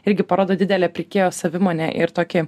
irgi parodo didelę pirkėjo savimonę ir tokį